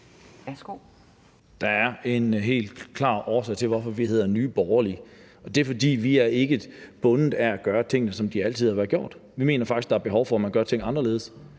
(NB): Der er en helt klar årsag til, at vi hedder Nye Borgerlige, og det er, fordi vi ikke er bundet af at gøre tingene, som de altid har været gjort. Vi mener faktisk, at der er behov for, at man gør ting anderledes,